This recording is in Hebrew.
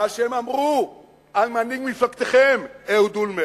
מה שהם אמרו על מנהיג מפלגתכם, אהוד אולמרט,